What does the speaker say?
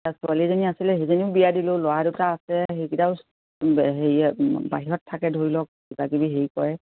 এতিয়া ছোৱালী এজনী আছিলে সেইজনীও বিয়া দিলোঁ ল'ৰা দুটা আছে সেইকিটাও হেৰি বাহিৰত থাকে ধৰি লওক কিবাকিবি হেৰি কৰে